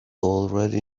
already